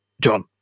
John